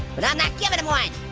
but i'm not giving him one.